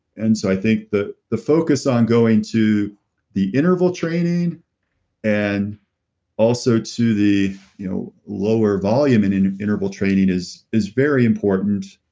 and so i think that the focus on going to the interval training and also to the you know lower volume and in interval training is is very important.